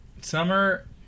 Summer